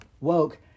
woke